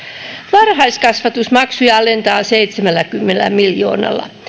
varhaiskasvatusmaksuja alennetaan seitsemälläkymmenellä miljoonalla